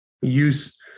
use